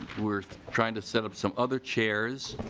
we are trying to set up some other chairs.